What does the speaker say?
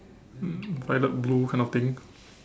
um violet blue kind of thing